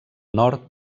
nord